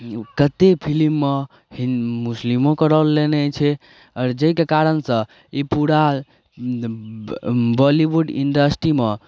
कते फिलिममे हिन मुस्लिमोके रौल लेने छै आओर जाहिके कारण सँ ई पूरा बॉलीवुड ईण्डस्ट्रीमे